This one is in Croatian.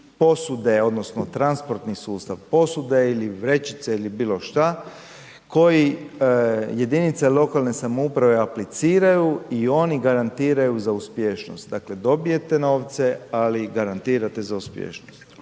posude odnosno transportni sustav, posude ili vrećice ili bilo šta koji jedinice lokalne samouprave apliciraju i oni garantiraju za uspješnost, dakle dobijete novce, ali garantirate za uspješnost.